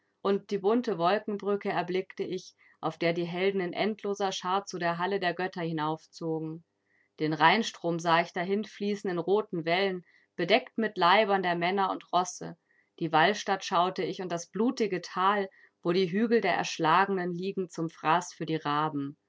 und die bunte wolkenbrücke erblickte ich auf der die helden in endloser schar zu der halle der götter hinaufzogen den rheinstrom sah ich dahinfließen in roten wellen bedeckt mit leibern der männer und rosse die walstatt schaute ich und das blutige tal wo die hügel der erschlagenen liegen zum fraß für die raben